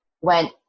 went